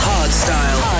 Hardstyle